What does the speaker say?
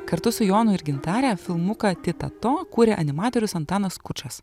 kartu su jonu ir gintare filmuką titato kūrė animatorius antanas skučas